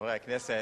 חברי הכנסת,